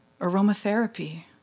aromatherapy